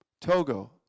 Togo